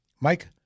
Mike